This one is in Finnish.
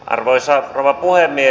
arvoisa rouva puhemies